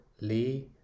Lee